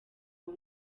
uwo